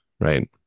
right